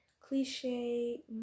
cliche